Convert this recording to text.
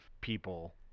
people